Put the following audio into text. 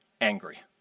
angry